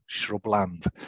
shrubland